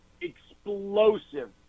explosive